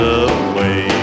away